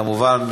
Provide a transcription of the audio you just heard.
כמובן,